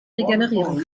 regenerieren